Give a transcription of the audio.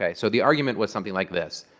yeah so the argument was something like this.